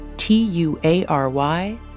T-U-A-R-Y